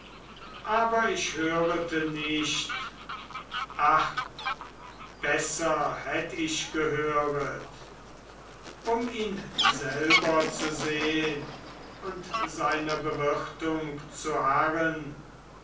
aber ich hörete nicht ach besser hätt ich gehöret um ihn selber zu sehn und seiner bewirtung zu harren